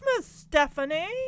Stephanie